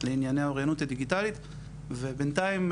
לענייני האוריינות הדיגיטלית ובינתיים,